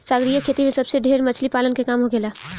सागरीय खेती में सबसे ढेर मछली पालन के काम होखेला